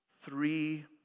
three